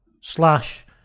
slash